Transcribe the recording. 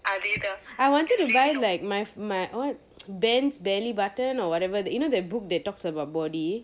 I wanted to buy like my my what bands bellybutton or whatever that you know that book that talks about body